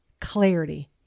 clarity